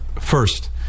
first